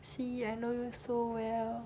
see I know you so well